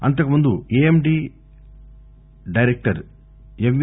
అంతకు ముందు AMD director MV